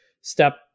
step